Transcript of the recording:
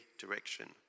direction